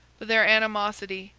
but their animosity,